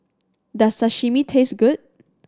does Sashimi taste good